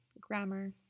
Grammar